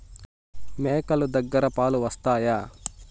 మేక లు దగ్గర పాలు వస్తాయా?